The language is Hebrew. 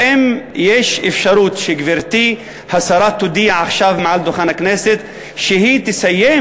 האם יש אפשרות שגברתי השרה תודיע עכשיו מעל דוכן הכנסת שהיא תסיים